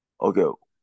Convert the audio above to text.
Okay